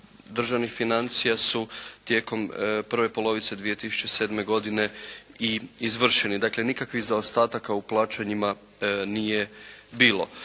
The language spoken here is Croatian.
državnih financija su tijekom prve polovice 2007. godine i izvršeni. Dakle nikakvih zaostataka u plaćanjima nije bilo.